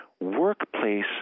workplace